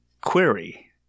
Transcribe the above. Query